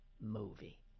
movie